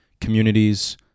communities